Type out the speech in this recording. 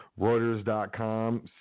Reuters.com